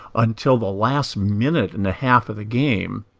until the last minute and a half of the game,